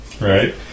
Right